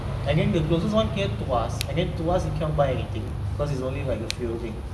and then the closest [one] near tuas and then tuas you cannot buy anything cause it's only like the fuel thing